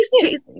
Chase